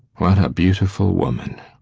what a beautiful woman!